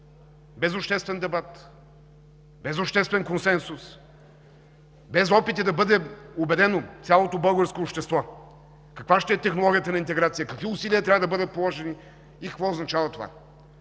без обществен дебат, без обществен консенсус, без опити да бъде убедено цялото българско общество, каква ще е технологията на интеграция, какви усилия трябва да бъдат положени и какво означава това.